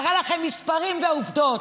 מראה לכם מספרים ועובדות.